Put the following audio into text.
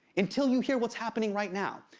until you hear what's happening right now.